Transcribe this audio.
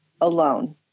alone